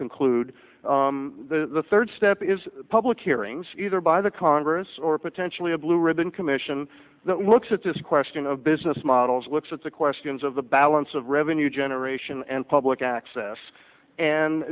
conclude the third step is public hearings either by the congress or potentially a blue ribbon commission that looks at this question of business models looks at the questions of the balance of revenue generation and public access and